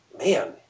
Man